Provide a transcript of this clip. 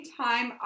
time